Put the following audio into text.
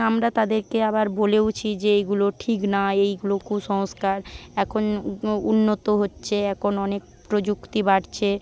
আমরা তাদেরকে আবার বলেওছি যে এইগুলো ঠিক না এইগুলো কুসংস্কার এখন উন্নত হচ্ছে এখন অনেক প্রযুক্তি বাড়ছে